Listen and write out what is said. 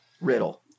riddle